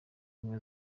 ubumwe